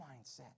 mindset